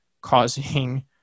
causing